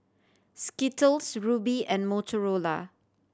Skittles Rubi and Motorola